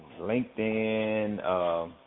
LinkedIn